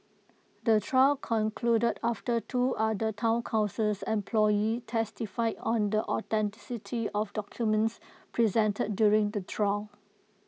the trial concluded after two other Town councils employees testified on the authenticity of documents presented during the trial